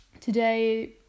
today